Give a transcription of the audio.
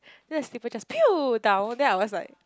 then the slipper just pew down then I was like